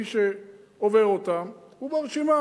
מי שעובר אותם הוא ברשימה,